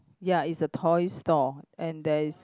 ya it's a toy store and there is